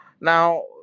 Now